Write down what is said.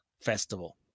Festival